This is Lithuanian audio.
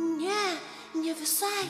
ne ne visai